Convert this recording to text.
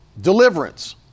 Deliverance